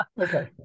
Okay